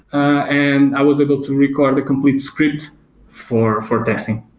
and i was able to record the complete script for for testing